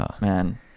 man